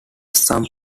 some